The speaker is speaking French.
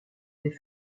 des